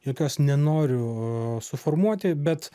jokios nenoriu suformuoti bet